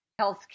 Healthcare